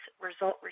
result